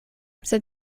sed